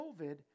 covid